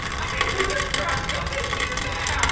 i mean who the crap doesn't do that?